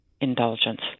indulgence